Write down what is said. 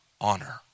honor